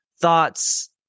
thoughts